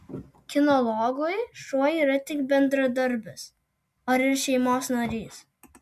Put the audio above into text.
kinologui šuo yra tik bendradarbis ar ir šeimos narys